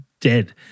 dead